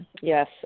Yes